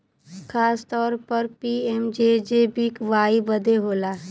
खासतौर पर पी.एम.जे.जे.बी.वाई बदे होला